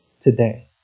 today